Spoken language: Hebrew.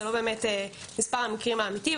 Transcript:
זה לא באמת מספר המקרים האמיתי.